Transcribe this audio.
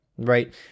right